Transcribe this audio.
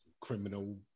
criminal